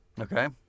Okay